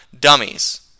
dummies